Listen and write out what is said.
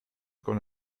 con